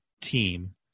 team